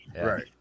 Right